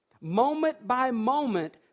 moment-by-moment